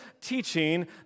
teaching